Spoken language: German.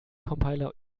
compiler